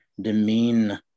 demean